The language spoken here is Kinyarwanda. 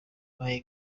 mme